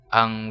ang